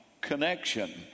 connection